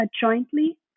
jointly